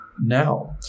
now